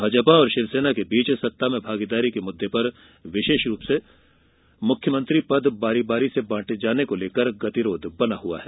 भाजपा और शिवसेना के बीच सत्ता में भागीदारी के मुद्दे पर विशेष रूप से मुख्यमंत्री पद बारी बारी से बांटे जाने को लेकर गतिरोध बना हुआ है